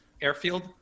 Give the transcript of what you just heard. Airfield